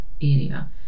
area